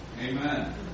Amen